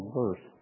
verse